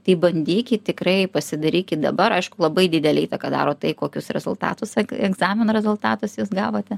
tai bandykit tikrai pasidairyki dabar aišku labai didelę įtaką daro tai kokius rezultatus egzamino rezultatas jūs gavote